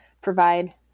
provide